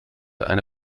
eine